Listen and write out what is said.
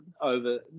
over